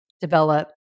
develop